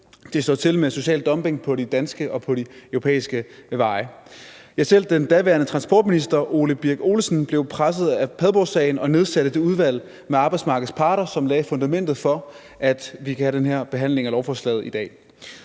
det står til med social dumping på de danske og på de europæiske veje. Ja, selv den daværende transportminister, Ole Birk Olesen, blev presset af Padborgsagen og nedsatte et udvalg med arbejdsmarkedets parter, som lagde fundamentet for, at vi kan have den her behandling af lovforslaget i dag.